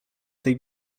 tej